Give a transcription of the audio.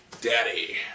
Daddy